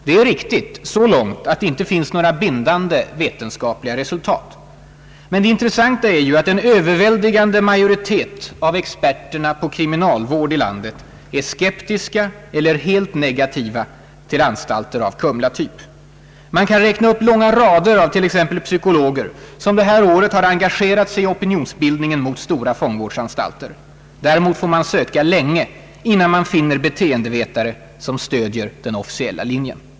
Det är riktigt så långt att det inte finns några bindande vetenskapliga resultat. Men det intres santa är ju att en överväldigande majoritet av experterna på kriminalvård i landet är skeptiska eller helt negativa till anstalter av Kumlatyp. Man kan räkna upp långa rader av t.ex. psykologer som det här året har engagerat sig i opinionsbildningen mot stora fångvårdsanstalter. Däremot får man söka länge innan man finner beteendevetare som stödjer den officiella linjen.